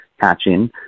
hatching